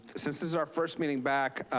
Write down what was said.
since this is our first meeting back,